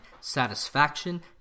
satisfaction